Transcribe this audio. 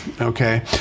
Okay